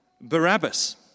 Barabbas